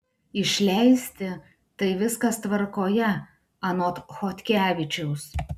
išleisti tai viskas tvarkoje anot chodkevičiaus